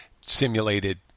simulated